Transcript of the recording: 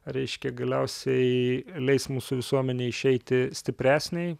reiškia galiausiai leis mūsų visuomenei išeiti stipresnei